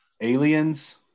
Aliens